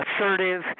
assertive